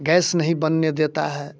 gas नहीं बनने देता है